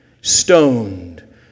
stoned